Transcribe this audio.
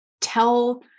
tell